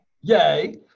Yay